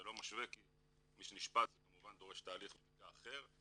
זה לא שווה כי מי שנשפט זה כמובן דורש תהליך בדיקה אחר.